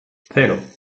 cero